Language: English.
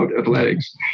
athletics